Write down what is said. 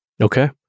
Okay